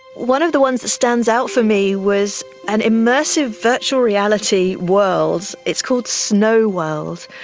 one of the ones that stands out for me was an immersive virtual reality world, it's called snow world,